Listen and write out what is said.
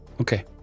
Okay